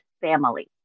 family